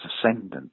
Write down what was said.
ascendant